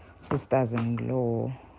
sisters-in-law